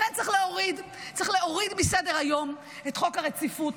לכן צריך להוריד מסדר-היום את דין הרציפות,